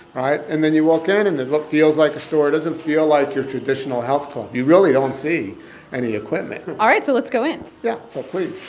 right? and then you walk in, and and it feels like a store. it doesn't feel like your traditional health club. you really don't see any equipment and all right. so let's go in yeah, so please.